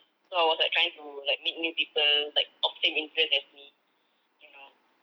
so I was like trying to like meet new people like of same interests as me you know